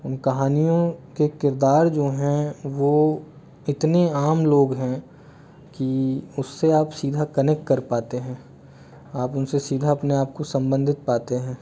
उन कहानियों के किरदार जो है वो इतने आम लोग हैं कि उससे आप सीधा कनेक्ट कर पाते हैं आप उसने सीधा अपने आप को संबंधित पाते हैं